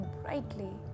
brightly